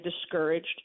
discouraged